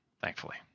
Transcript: thankfully